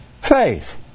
faith